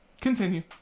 continue